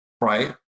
right